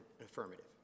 affirmative